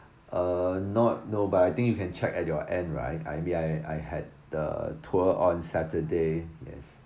uh not no but I think you can check at your end right I mean I I had the tour on saturday